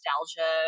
nostalgia